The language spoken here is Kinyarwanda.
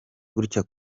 gutya